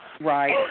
Right